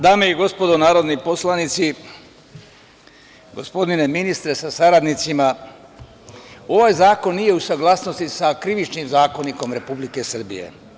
Dame i gospodo narodni poslanici, gospodine ministre sa saradnicima, ovaj zakon nije u saglasnosti sa Krivičnim zakonikom Republike Srbije.